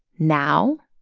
now,